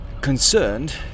concerned